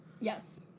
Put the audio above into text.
Yes